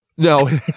No